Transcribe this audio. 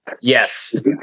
Yes